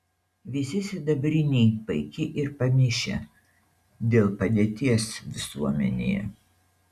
visi sidabriniai paiki ir pamišę dėl padėties visuomenėje